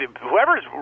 whoever's